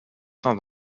sein